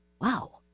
wow